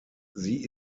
sie